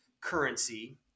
currency